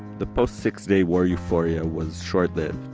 the post-six day war euphoria was short-lived.